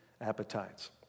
appetites